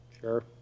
Sure